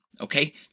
Okay